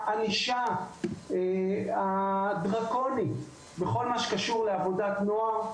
הענישה הדרקונית בכל מה שקשור לעבודת נוער.